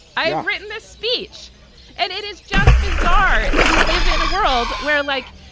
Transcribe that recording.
i've written this speech and it is just bizarre that we live in a world where, like,